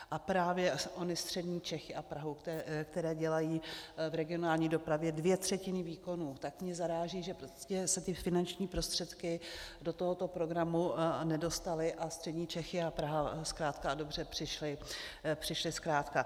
A právě ony střední Čechy a Praha, které dělají v regionální dopravě dvě třetiny výkonů, tak mě zaráží, že se finanční prostředky do tohoto programu nedostaly a střední Čechy a Praha zkrátka a dobře přišly zkrátka.